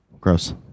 Gross